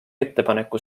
ettepaneku